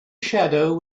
shadow